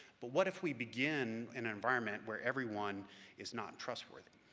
but what if we begin in an environment where everyone is not trustworthy? i